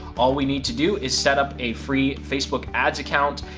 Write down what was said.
all we need to do is setup a free facebook ads account,